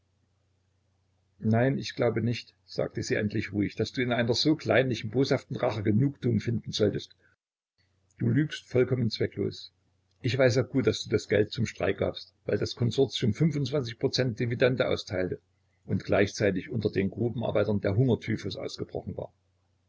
nein ich glaube nicht sagte sie endlich ruhig daß du in einer so kleinlichen boshaften rache genugtuung finden solltest du lügst vollkommen zwecklos ich weiß sehr gut daß du das geld zum streik gabst weil das konsortium fünfundzwanzig prozent dividende austeilte und gleichzeitig unter den grubenarbeitern der hungertyphus ausgebrochen war